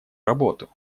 работу